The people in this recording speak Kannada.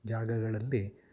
ಜಾಗಗಳಲ್ಲಿ